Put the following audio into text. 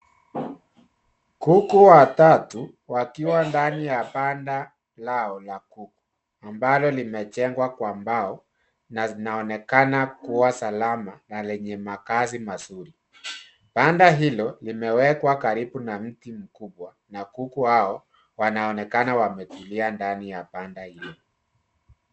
Kuku watatu wakiwa ndani ya banda lao la kuku ambalo limejengwa kwa mbao na zinaonekana kuwa salama na lenye makazi mazuri. Banda hilo limewekwa karibu na mti mkubwa na kuku hao wanaonekana wametulia ndani ya banda hiyo.